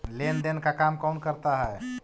लेन देन का काम कौन करता है?